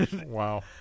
Wow